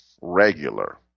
regular